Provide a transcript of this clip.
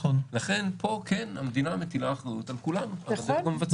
לכן פה המדינה מטילה אחריות על כולם עד הדרג המבצע.